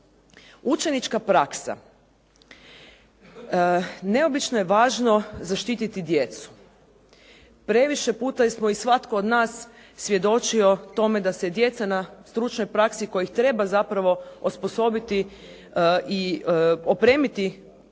Učenička praksa. Neobično je važno zaštiti djecu. Previše puta smo i svatko od nas svjedočio tome da se djeca na stručnoj praksi koje treba zapravo osposobiti i opremiti